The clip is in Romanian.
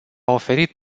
oferit